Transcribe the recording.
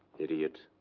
idiot.